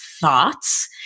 thoughts